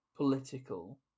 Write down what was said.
Political